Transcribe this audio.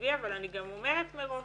התקציבי אבל אני גם אומרת מראש